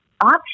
option